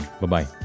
Bye-bye